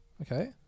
okay